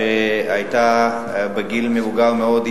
שהיתה מבוגרת מאוד,